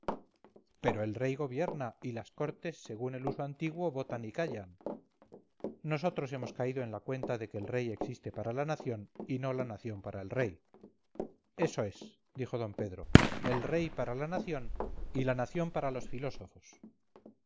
pero el rey gobierna y las cortes según el uso antiguo votan y callan nosotros hemos caído en la cuenta de que el rey existe para la nación y no la nación para el rey eso es dijo d pedro el rey para la nación y la nación para los filósofos